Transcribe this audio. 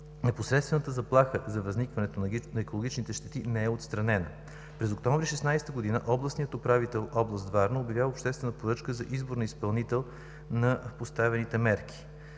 непосредствената заплаха за възникването на екологичните щети не е отстранена. През октомври 2016 г. областният управител на област Варна обявява обществена поръчка за избор на изпълнител на постановените мерки.